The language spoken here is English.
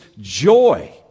joy